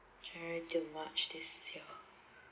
january to march this year